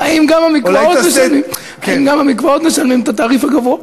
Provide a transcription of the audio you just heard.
האם גם המקוואות משלמים את התעריף הגבוה?